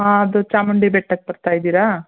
ಹಾಂ ಅದು ಚಾಮುಂಡಿ ಬೆಟ್ಟಕ್ಕೆ ಬರ್ತಾಯಿದ್ದೀರಾ